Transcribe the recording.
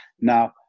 Now